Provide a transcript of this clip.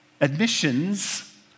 Admissions